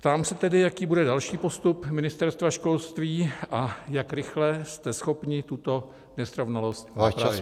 Ptám se tedy, jaký bude další postup Ministerstva školství a jak rychle jste schopni tuto nesrovnalost napravit.